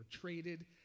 traded